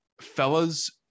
fellas